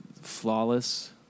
flawless